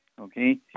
Okay